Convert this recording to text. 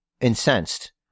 Incensed